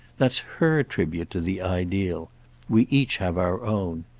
that's her tribute to the ideal we each have our own.